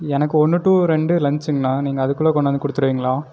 எனக்கு ஒன்று டூ ரெண்டு லஞ்ச்சிங்ணா நீங்க அதுக்குள்ளே கொண்டாந்து கொடுத்துருவீங்ளா